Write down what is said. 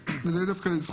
ואני אומר את זה בעצם לזכות